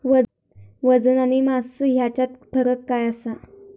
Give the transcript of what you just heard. वजन आणि मास हेच्यात फरक काय आसा?